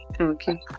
Okay